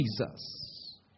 Jesus